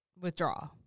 withdraw